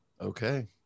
Okay